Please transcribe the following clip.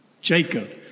Jacob